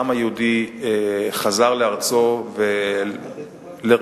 שהעם היהודי חזר לארצו ולריבונותו,